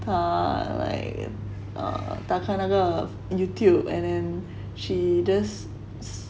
err like err 打开那个 YouTube and then she just